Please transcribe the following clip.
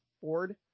Ford